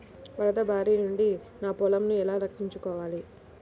వరదల భారి నుండి నా పొలంను ఎలా రక్షించుకోవాలి?